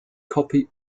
copy